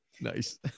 Nice